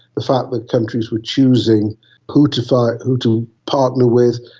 the fact that countries were choosing who to fight, who to partner with,